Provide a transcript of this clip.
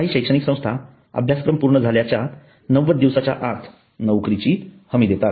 काही शैक्षणिक संस्था अभ्यासक्रम पूर्ण झाल्याच्या ९० दिवसांच्या आत नोकरीची हमी देतात